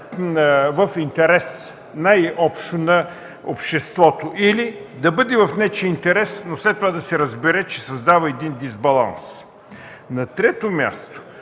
в интерес най-общо на обществото или да бъде в нечий интерес, но след това да се разбере, че създава един дисбаланс. На трето място,